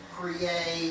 create